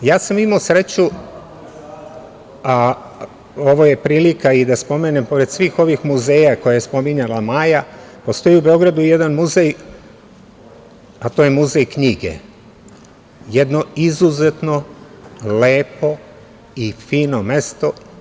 Imao sam sreću, a ovo je prilika i da spomenem, pored svih ovih muzeja koje pominjala Maja, postoji u Beogradu jedan muzej, a to je Muzej knjige, jedno izuzetno lepo i fino mesto.